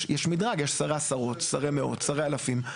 יש מדרג, יש שרי עשרות, שרי מאות, שרי אלפים.